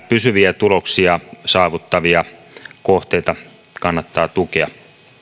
pysyviä tuloksia saavuttavia kohteita kannattaa tukea